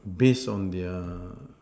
based on their